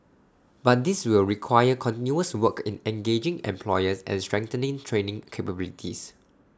but this will require continuous work in engaging employers and strengthening training capabilities